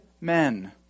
men